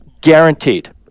Guaranteed